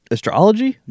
Astrology